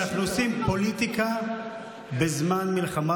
ואנחנו עושים פוליטיקה בזמן מלחמה,